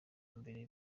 mbere